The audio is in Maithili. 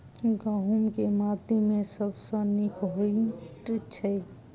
गहूम केँ माटि मे सबसँ नीक होइत छै?